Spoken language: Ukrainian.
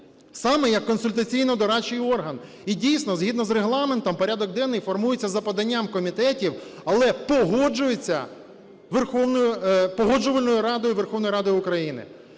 саме як консультаційно-дорадчий орган. І, дійсно, згідно з Регламентом, порядок денний формується за поданням комітетів, але погоджується Погоджувальною радою Верховної Ради України.